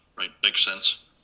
right, makes sense.